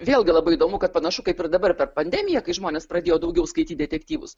vėlgi labai įdomu kad panašu kaip ir dabar per pandemiją kai žmonės pradėjo daugiau skaityt detektyvus